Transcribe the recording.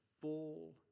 full